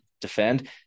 defend